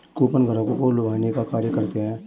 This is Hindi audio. कूपन ग्राहकों को लुभाने का कार्य करते हैं